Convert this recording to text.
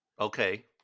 Okay